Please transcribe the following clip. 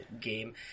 game